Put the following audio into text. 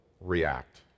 react